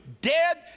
dead